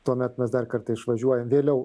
tuomet mes dar kartą išvažiuojam vėliau